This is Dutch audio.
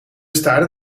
staarde